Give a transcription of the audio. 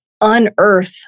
unearth